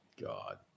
God